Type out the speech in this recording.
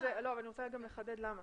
אני רוצה לומר למה.